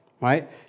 right